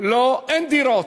אין דירות.